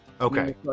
okay